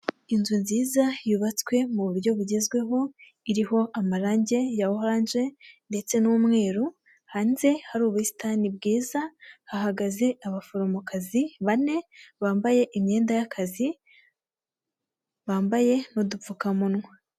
Inzu nziza yubatswe mu buryo bugezweho, iriho amarangi ya oranje ndetse n'umweru, hanze hari ubusitani bwiza, hahagaze abaforomokazi bane bambaye imyenda y'akazi, bambaye n'udupfukamunwa.